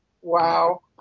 Wow